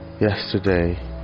...yesterday